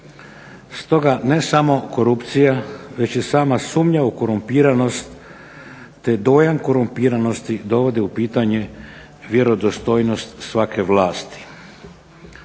Stoga ne samo korupcija i već i sama sumnja u korumpiranost te dojam korumpiranosti dovode u pitanje vjerodostojnost svake vlasti.